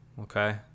Okay